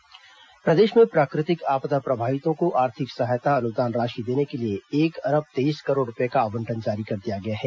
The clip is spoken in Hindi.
आपदा प्रभावित सहायता प्रदेश में प्राकृतिक आपदा प्रभावितों को आर्थिक सहायता अनुदान राशि देने के लिए एक अरब तेईस करोड रूपए का आबंटन जारी कर दिया गया है